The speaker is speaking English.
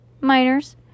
Miners